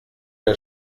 der